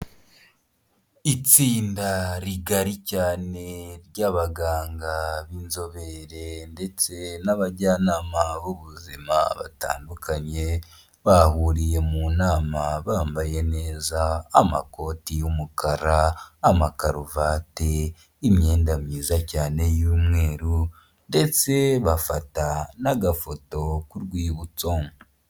Itsinda rigari cyane ry'abaganga b'inzobere ndetse n'abajyanama b'ubuzima batandukanye, bahuriye mu nama bambaye neza amakoti y'umukara, amakaruvati, immyenda myiza cyane y'umweru, ndetse bafata n'agafoto k'urwibutso.